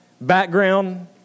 background